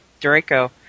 Draco